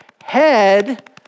Head